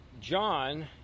John